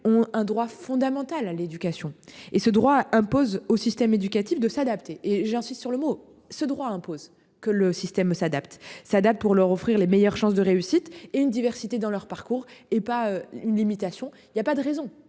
ont un droit fondamental à l'éducation et ce droit impose au système éducatif, de s'adapter et j'insiste sur le mot ce droit impose que le système s'adapte s'date pour leur offrir les meilleures chances de réussite et une diversité dans leur parcours et pas une limitation. Il y a pas de raison